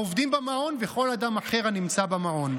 העובדים במעון וכל אדם אחר הנמצא במעון.